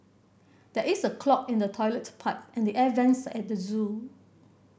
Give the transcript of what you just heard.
there is a clog in the toilet pipe and the air vents at the zoo